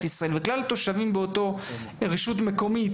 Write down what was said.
ישראל וכלל התושבים באותה רשות מקומית,